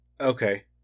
Okay